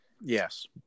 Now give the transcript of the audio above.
Yes